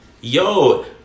yo